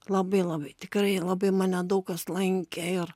labai labai tikrai labai mane daug kas lankė ir